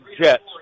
Jets